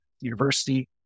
university